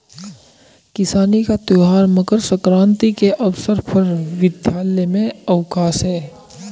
किसानी का त्यौहार मकर सक्रांति के अवसर पर विद्यालय में अवकाश है